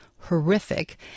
horrific